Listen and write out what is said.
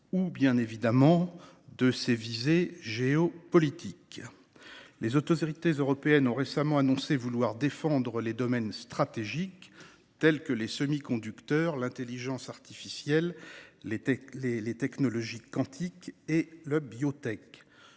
ou encore, évidemment, les visées géopolitiques chinoises. Les autorités européennes ont récemment annoncé vouloir défendre les domaines stratégiques, qu’il s’agisse des semi-conducteurs, de l’intelligence artificielle, des technologies quantiques ou de la biotech.